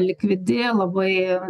likvidi labai